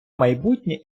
майбутнє